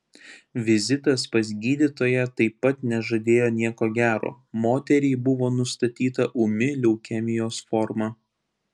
vizitas pas gydytoją taip pat nežadėjo nieko gero moteriai buvo nustatyta ūmi leukemijos forma